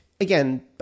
again